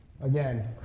Again